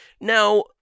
Now